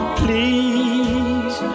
please